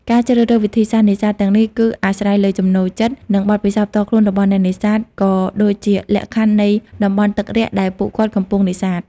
ការជ្រើសរើសវិធីសាស្ត្រនេសាទទាំងនេះគឺអាស្រ័យលើចំណូលចិត្តនិងបទពិសោធន៍ផ្ទាល់ខ្លួនរបស់អ្នកនេសាទ ក៏ដូចជាលក្ខខណ្ឌនៃតំបន់ទឹករាក់ដែលពួកគាត់កំពុងនេសាទ។